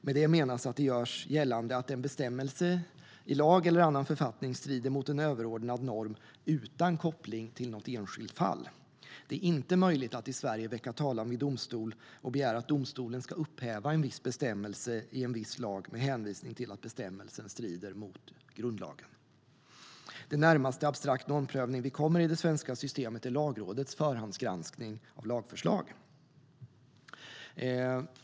Med det menas att det görs gällande att en bestämmelse i lag eller annan författning strider mot en överordnad norm utan koppling till något enskilt fall. Det är inte möjligt att i Sverige väcka talan i domstol och begära att domstolen ska upphäva en viss bestämmelse i en viss lag med hänvisning till att bestämmelsen strider mot grundlagen. Det närmaste abstrakt normprövning vi kommer i det svenska systemet är Lagrådets förhandsgranskning av lagförslag.